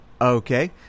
Okay